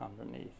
underneath